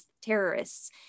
terrorists